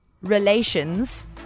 relations